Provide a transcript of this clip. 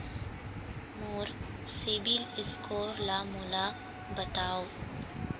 मोर CIBIL score ला मोला बताव?